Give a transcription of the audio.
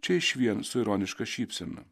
čia išvien su ironiška šypsena